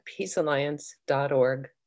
peacealliance.org